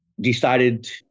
decided